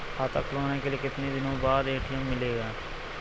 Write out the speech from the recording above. खाता खुलवाने के कितनी दिनो बाद ए.टी.एम मिलेगा?